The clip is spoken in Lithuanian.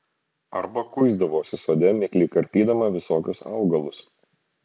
arba kuisdavosi sode mikliai karpydama visokius augalus